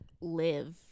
live